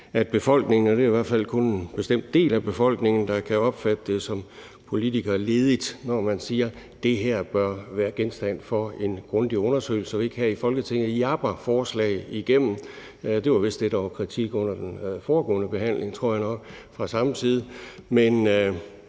at befolkningen – og det er i hvert fald kun en bestemt del af befolkningen – kan opfatte det som politikerlede, når man siger, at det her bør være genstand for en grundig undersøgelse, og at vi her i Folketinget ikke bør jappe forslag igennem. Det tror jeg vist var det, der var kritik af under den foregående behandling fra samme tid.